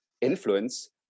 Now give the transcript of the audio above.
influence